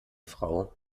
frau